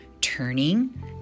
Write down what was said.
turning